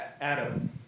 Adam